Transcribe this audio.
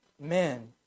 men